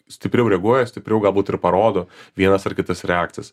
stipriau reaguoja stipriau galbūt ir parodo vienas ar kitas reakcijas